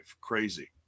Crazy